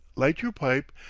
light your pipe,